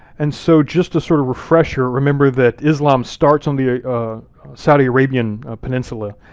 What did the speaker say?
and so just to sort of refresher, remember that islam starts on the saudi arabian peninsula,